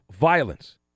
violence